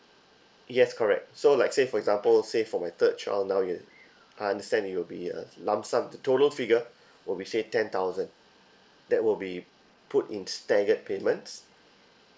yes correct so like say for example say for my third child now it will I understand it will be a lump sum total figure when we say ten thousand that will be put in staggered payments